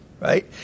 right